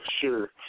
Sure